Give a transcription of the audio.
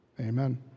amen